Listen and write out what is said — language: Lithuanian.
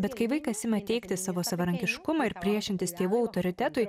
bet kai vaikas ima teikti savo savarankiškumą ir priešintis tėvų autoritetui